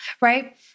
right